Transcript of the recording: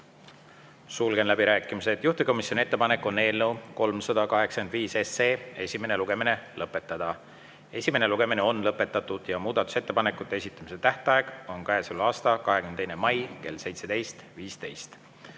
Sulgen läbirääkimised. Juhtivkomisjoni ettepanek on eelnõu 385 esimene lugemine lõpetada. Esimene lugemine on lõpetatud ja muudatusettepanekute esitamise tähtaeg on käesoleva aasta 22. mai kell 17.15.